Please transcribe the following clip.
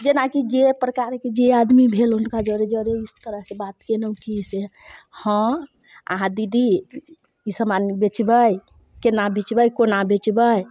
जेनाकि जे एक प्रकारके जे आदमी भेल हुनका जरे जरे इस तरहसँ बात केलहुँ कि से हँ अहाँ दीदी ई समान बेचबै कोना बेचबै कोना बेचबै